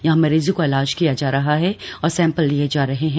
यहां मरीजों का इलाज किया जा रहा है और सैंपल लिए जा रहे हैं